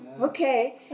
okay